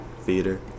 theater